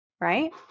right